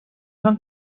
van